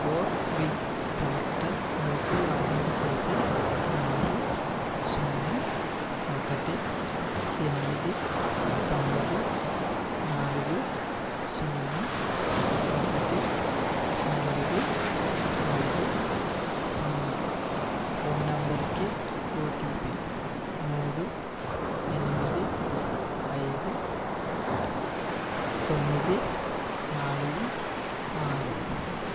CoWIN పోర్టల్లోకి login చేసే ఆరు సున్నా ఒకటి ఎనిమిది తొమ్మిది నాలుగు సున్నా ఒకటి నాలుగు ఐదు సున్నా ఫోన్ నెంబర్కి ఓటీపీ మూడు ఎనిమిది ఐదు తొమ్మిది నాలుగు ఆరు